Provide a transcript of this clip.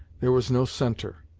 there was no centre,